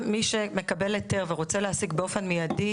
גם מי שמקבל היתר ורוצה להעסיק באופן מיידי,